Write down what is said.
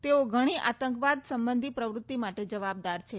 તેઓ ઘણી આતંકવાદ સંબંધી પ્રવૃત્તિ માટે જવાબદાર છે